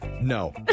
No